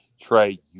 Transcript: Trey